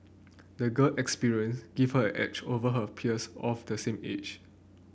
the girl experience gave her an edge over her peers of the same age